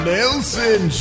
Nelson